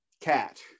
Cat